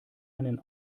einen